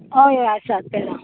होय होय आसात पेरां